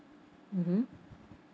mmhmm